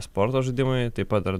sporto žaidimai taip pat